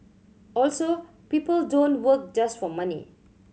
also people don't work just for money